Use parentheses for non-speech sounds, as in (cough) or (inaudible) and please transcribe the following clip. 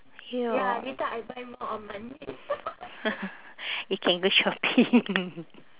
ya (noise) you can go shopping